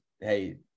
Hey